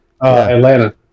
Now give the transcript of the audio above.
Atlanta